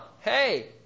Hey